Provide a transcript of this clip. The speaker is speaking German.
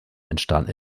entstanden